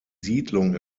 siedlung